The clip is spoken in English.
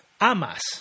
amas